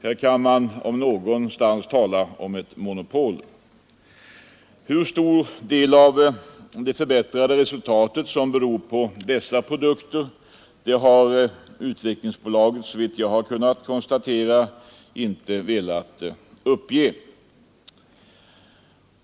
Här kan man om någonstans tala om ett monopol. Hur stor del av det förbättrade resultatet som beror på dessa produkter har Utvecklingsbolaget såvitt jag har kunnat konstatera inte velat uppge.